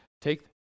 take